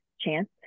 chance